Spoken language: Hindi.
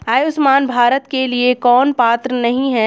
आयुष्मान भारत के लिए कौन पात्र नहीं है?